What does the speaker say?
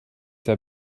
der